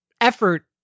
effort